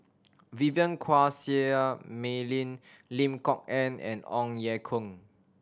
Vivien Quahe Seah Mei Lin Lim Kok Ann and Ong Ye Kung